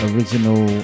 Original